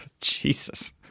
Jesus